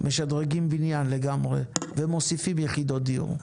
משדרגים בניין לגמרי, ומוסיפים יחידות דיור.